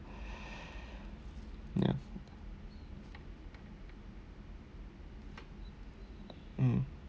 ya mm